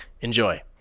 enjoy